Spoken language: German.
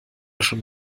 schon